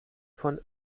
von